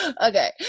Okay